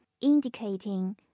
indicating